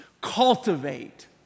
Cultivate